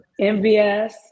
MVS